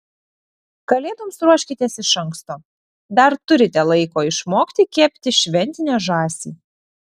kalėdoms ruoškitės iš anksto dar turite laiko išmokti kepti šventinę žąsį